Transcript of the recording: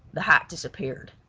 the hat disappeared.